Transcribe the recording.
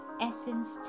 essence